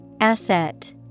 Asset